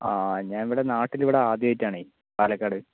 ആ ഞാനിവിടെ നാട്ടിലിവിടെ ആദ്യമായിട്ടാണ് പാലക്കാട്